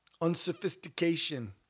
unsophistication